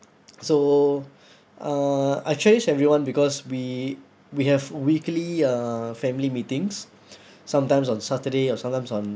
so uh I cherish everyone because we we have weekly uh family meetings sometimes on saturday or sometimes on